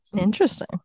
Interesting